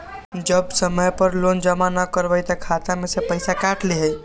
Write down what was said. जब समय पर लोन जमा न करवई तब खाता में से पईसा काट लेहई?